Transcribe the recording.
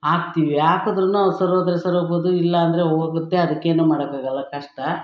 ಹಾಕ್ತಿವಿ ಹಾಕದ್ರು ಅವು ಸರೋದ್ರೆ ಸರೋಗ್ಬೋದು ಇಲ್ಲಾಂದರೆ ಹೋಗುತ್ತೆ ಅದಕ್ಕೇನು ಮಾಡೋಕ್ಕಾಗಲ್ಲ ಕಷ್ಟ